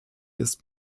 ist